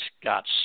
got